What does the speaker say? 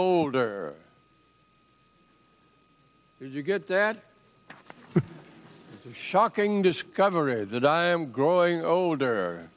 older you get that shocking discovery that i am growing older